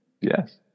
Yes